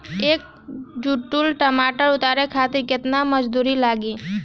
एक कुंटल टमाटर उतारे खातिर केतना मजदूरी लागी?